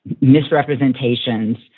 misrepresentations